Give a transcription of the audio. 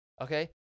okay